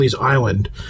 island